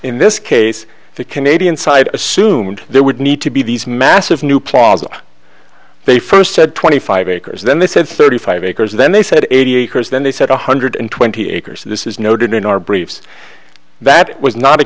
in this case the canadian side assumed there would need to be these massive new plaza they first said twenty five acres then they said thirty five acres then they said eighty acres then they said one hundred twenty acres this is noted in our briefs that it was not a